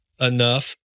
enough